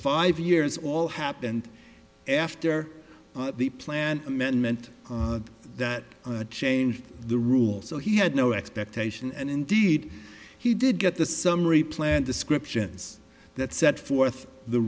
five years all happened after the planned amendment that changed the rules so he had no expectation and indeed he did get the summary plan descriptions that set forth the